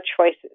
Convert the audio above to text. choices